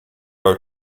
are